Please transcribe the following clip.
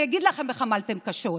אני אגיד לכם איך עמלתם קשות: